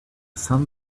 sun